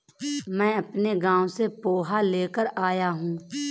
मैं अपने गांव से पोहा लेकर आया हूं